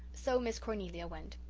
so miss cornelia went.